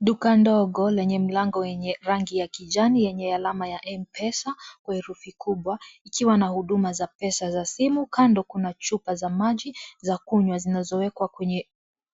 Duka ndogo lenye mlango wenye rangi ya kijani yenye alama ya Mpesa kwa herufi kubwa ikiwa na huduma za pesa za simu. Kando kuna chupa za maji za kunywa zinazowekwa kwenye